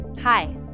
Hi